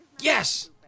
yes